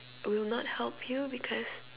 will not help you because